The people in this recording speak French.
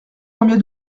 combien